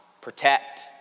protect